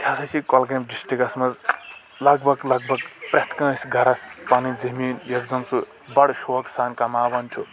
ییٚتہِ ہسا چھ کۄلگأمۍ ڈِسٹِکس منٛز لگ بگ لگ بگ پرٛٮ۪تھ کأنٛسہِ گرس پنُن زمیٖن یۄس زن سُہ بڑٕ شوقہٕ سان کماوان چُھ